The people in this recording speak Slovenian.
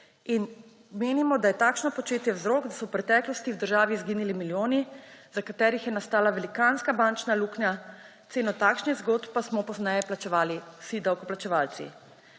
in menimo, da je takšno početje vzrok, da so v preteklosti v državi izgnali milijoni, zaradi katerih je nastala velikanska bančna luknja, ceno takšnih zgodb pa smo pozneje plačevali vsi davkoplačevalci.